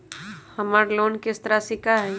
हमर लोन किस्त राशि का हई?